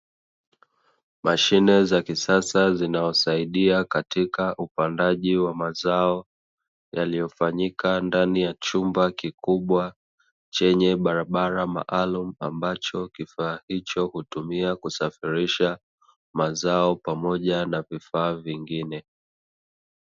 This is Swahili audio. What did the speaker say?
Mashine za kisasa zinawasaidia katika upandaji wa mazao yaliyofanyika ndani ya chumba kikubwa chenye barabara maalumu ambacho kifaa hicho hutumiwa kusafirisha mazao pamoja na vifaa vingine.